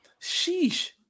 Sheesh